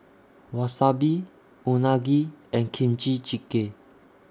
Wasabi Unagi and Kimchi Jjigae